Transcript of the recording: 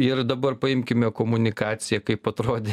ir dabar paimkime komunikaciją kaip atrodė